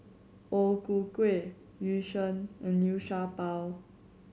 O Ku Kueh Yu Sheng and Liu Sha Bao